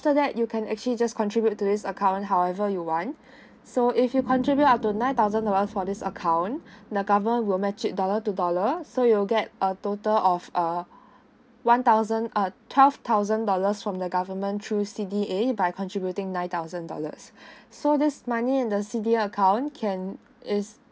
that you can actually just contribute to this account however you want so if you contribute up to nine thousand dollars for this account the government will match it dollar to dollar so you'll get a total of uh one thousand uh twelve thousand dollars from the government through C_D_A by contributing nine thousand dollars so this money in the C_D_A account can is